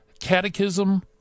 catechism